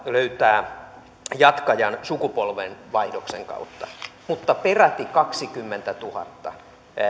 löytää jatkajan sukupolvenvaihdoksen kautta mutta peräti kaksikymmentätuhatta